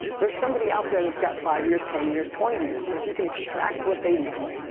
there's somebody out there that's got five years, ten years, twenty years, and if you can extract what they know,